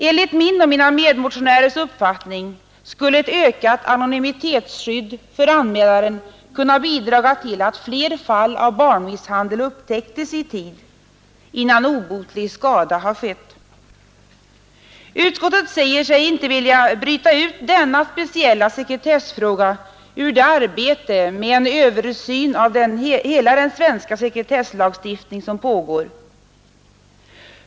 Enligt min och mina medmotionärers uppfattning skulle ett ökat anonymitetsskydd för anmälaren kunna bidra till att fler fall av barnmisshandel upptäcktes i tid, innan obotlig skada har skett. Utskottet säger sig inte vilja bryta ut denna speciella sekretessfråga ur det arbete med en översyn av hela den svenska sekretesslagstiftningen som pågår genom den tillsatta offentlighetsoch sekretesslagstiftningskommittén.